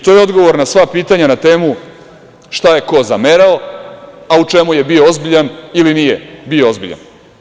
To je odgovor na sva pitanja na temu šta je ko zamerao, a u čemu je bio ozbiljan ili nije bio ozbiljan.